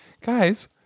guys